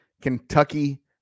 Kentucky